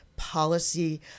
policy